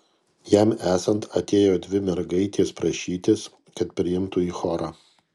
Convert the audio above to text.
jam esant atėjo dvi mergaitės prašytis kad priimtų į chorą